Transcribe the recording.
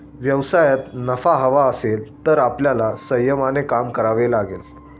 व्यवसायात नफा हवा असेल तर आपल्याला संयमाने काम करावे लागेल